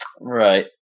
Right